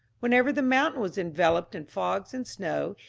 whenever the mountain was enveloped in fogs and snow,